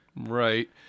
Right